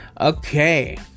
Okay